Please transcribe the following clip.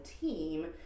team